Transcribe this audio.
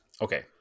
Okay